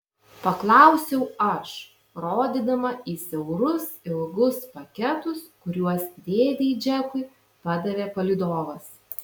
paklausiau aš rodydama į siaurus ilgus paketus kuriuos dėdei džekui padavė palydovas